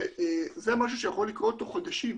זה משהו שיכול לקרות תוך חודשים.